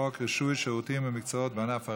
חוק רישוי שירותים ומקצועות בענף הרכב.